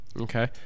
Okay